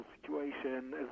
situation